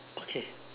okay